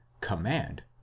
command